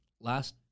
Last